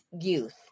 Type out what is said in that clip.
youth